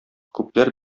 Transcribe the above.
күпләр